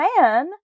man